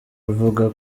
avuga